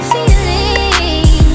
Feeling